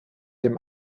dem